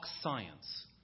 science